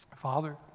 Father